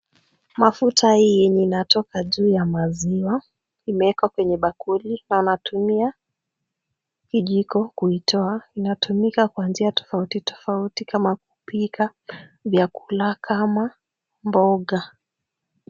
Mafuta hii yenye inatoka juu ya maziwa, imewekwa kwenye bakuli na anatumia kijiko kuitoa. Inatumika kwa njia tofauti kofauti kama kupika vyakula kama mboga.